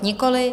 Nikoliv.